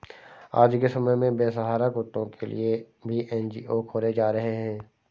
आज के समय में बेसहारा कुत्तों के लिए भी एन.जी.ओ खोले जा रहे हैं